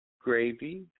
gravy